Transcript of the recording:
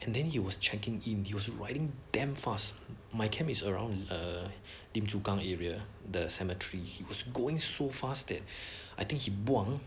and then he was checking him he was riding damn fast my camp is around ah lim chu kang area the cemetery he was going so fast that I think he buang